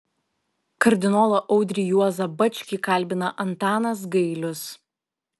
kardinolą audrį juozą bačkį kalbina antanas gailius